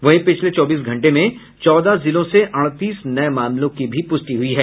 वहीं पिछले चौबीस घंटे में चौदह जिलों से अड़तीस नये मामलों की भी पुष्टि हुई है